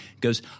goes